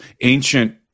ancient